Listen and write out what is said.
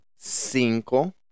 Cinco